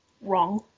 Wrong